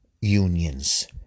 unions